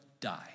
die